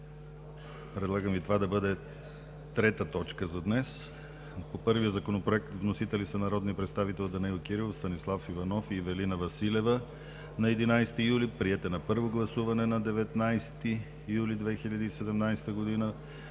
Предлагам това да бъде точка трета за днес. По първия Законопроект вносители са народните представители Данаил Кирилов, Станислав Иванов и Ивелина Василева на 11 юли 2017 г. Приет е на първо гласуване на 19 юли 2017 г.